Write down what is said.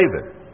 David